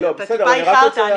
אתה איחרת.